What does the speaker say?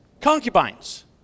concubines